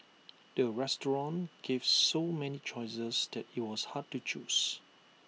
the restaurant gave so many choices that IT was hard to choose